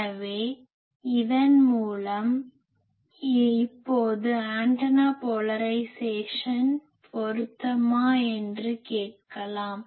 எனவே இதன் மூலம் இப்போது ஆண்டனா போலரைஸேசன் பொருத்தமா என்று கேட்கலாம்